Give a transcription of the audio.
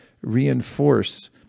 reinforce